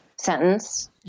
sentence